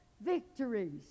victories